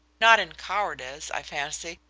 not in cowardice, i fancy,